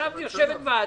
כעשיו יושבת ועדה.